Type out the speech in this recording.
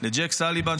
לג'ייק סאליבן,